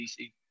DC